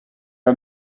are